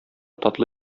татлы